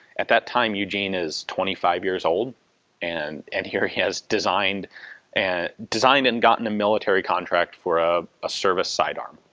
at that time eugene is twenty five years old and and here he has designed and designed and gotten a military contract for ah a service sidearm.